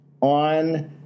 on